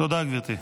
תודה, גברתי.